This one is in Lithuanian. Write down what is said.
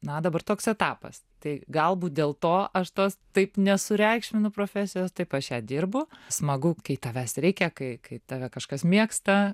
na dabar toks etapas tai galbūt dėl to aš tos taip nesureikšminu profesijos taip aš ją dirbu smagu kai tavęs reikia kai kai tave kažkas mėgsta